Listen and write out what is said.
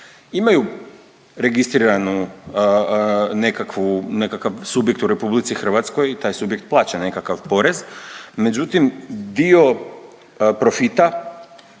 imaju registriranu nekakvu, nekakav subjekt u RH i taj subjekt plaća nekakav porez, međutim dio profita